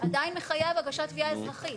עדיין מחייב הגשת תביעה אזרחית.